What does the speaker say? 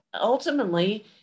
ultimately